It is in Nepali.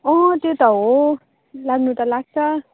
अँ त्यो त हो लाग्नु त लाग्छ